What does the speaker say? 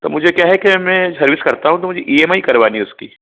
तो मुझे क्या है के मैं सर्विस करता हूँ तो मुझे ई एम आई करवानी है उसकी